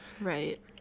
Right